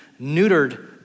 neutered